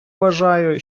вважаю